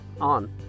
on